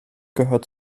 gehört